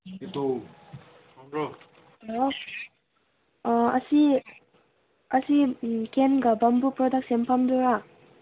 hello ꯑꯁꯤ ꯑꯁꯤ ꯀꯦꯟꯒ ꯕꯝꯕꯨ ꯄ꯭ꯔꯗꯛ ꯁꯦꯝꯐꯝꯗꯨꯔꯥ